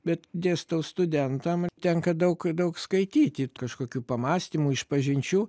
bet dėstau studentam ir tenka daug daug skaityti kažkokių pamąstymų išpažinčių